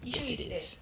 issue is that